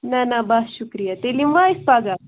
نہ نہ بَس شُکریہ تیٚلہِ یِموٕ أسۍ پگاہ